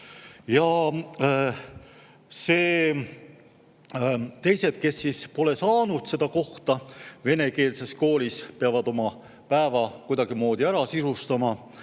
käigus. Teised, kes pole saanud kohta venekeelses koolis, peavad oma päeva kuidagimoodi ära sisustama